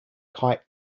kite